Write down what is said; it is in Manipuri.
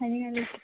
ꯍꯥꯏꯅꯤꯡꯉꯥꯏ ꯂꯩꯇꯦ